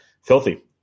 filthy